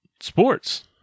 Sports